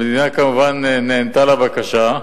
המדינה כמובן נענתה לבקשה,